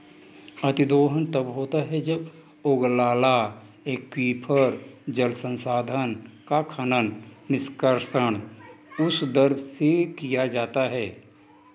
अतिदोहन तब होता है जब ओगलाला एक्वीफर, जल संसाधन का खनन, निष्कर्षण उस दर से किया जाता है